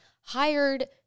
hired